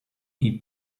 eat